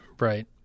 right